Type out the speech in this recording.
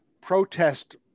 protest